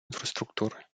інфраструктури